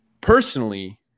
Personally